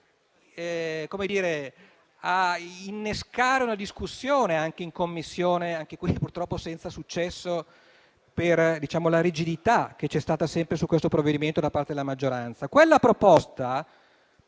a innescare una discussione in Commissione, purtroppo senza successo per la rigidità che c'è stata sempre su questo provvedimento da parte della maggioranza. Quella proposta